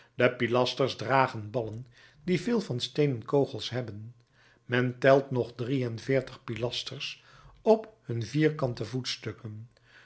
de pilasters dragen ballen die veel van steenen kogels hebben men telt nog drie-en-veertig pilasters op hun vierkante voetstukken